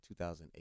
2008